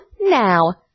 now